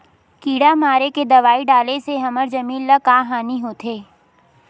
किड़ा मारे के दवाई डाले से हमर जमीन ल का हानि होथे?